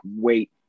wait